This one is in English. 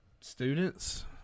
Students